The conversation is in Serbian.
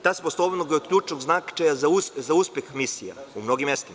Ta sposobnost je od ključnog značaja za uspeh misija u mnogim mestima.